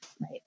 right